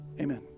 amen